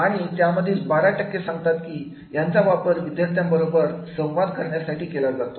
आणि त्यामधील बारा टक्के सांगतात की याचा वापर विद्यार्थ्यांबरोबर संवाद करण्यासाठी केला जातो